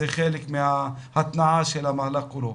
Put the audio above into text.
זה חלק מההתנעה של המהלך כולו.